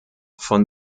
von